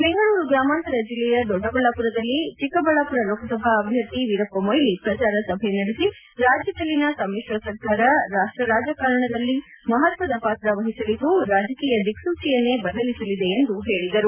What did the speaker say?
ಬೆಂಗಳೂರು ಗ್ರಾಮಾಂತರ ಜಿಯ ದೊಡ್ಡಬಳ್ಳಾಪುರದಲ್ಲಿ ಚಿಕ್ಕಬಳ್ಳಾಪುರ ಲೋಕಸಭಾ ಅಭ್ಯರ್ಥಿ ವೀರಪ್ಪ ಮೊಯಿಲಿ ಪ್ರಚಾರ ಸಭೆ ನಡೆಸಿ ರಾಜ್ಯದಲ್ಲಿನ ಸಮ್ಮಿಶ್ರ ಸರ್ಕಾರ ರಾಷ್ಟ ರಾಜಕಾರಣದಲ್ಲಿ ಮಹತ್ವದ ಪಾತ್ರ ವಹಿಸಲಿದ್ದು ರಾಜಕೀಯ ದಿಕ್ಸೂಚಿಯನ್ನೇ ಬದಲಿಸಲಿದೆ ಎಂದು ಹೇಳಿದರು